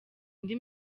indi